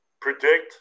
predict